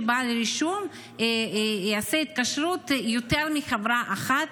לא מחייבים שבעל רישום יעשה התקשרות עם יותר מחברה אחת